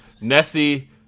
Nessie